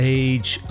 age